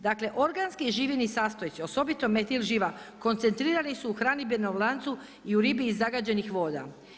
Dakle organski živini sastojci osobito metil živa koncentrirani su u hranidbenom lancu i u ribi iz zagađenih voda.